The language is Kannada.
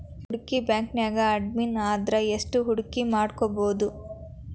ಹೂಡ್ಕಿ ಬ್ಯಾಂಕ್ನ್ಯಾಗ್ ಕಡ್ಮಿಅಂದ್ರ ಎಷ್ಟ್ ಹೂಡ್ಕಿಮಾಡ್ಬೊದು?